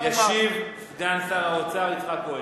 ישיב סגן שר האוצר יצחק כהן.